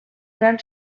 gran